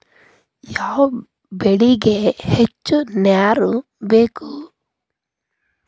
ಯಾವ ಬೆಳಿಗೆ ಹೆಚ್ಚು ನೇರು ಬೇಕು?